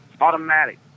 automatic